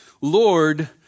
Lord